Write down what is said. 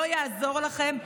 לא יעזור לכם,